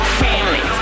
family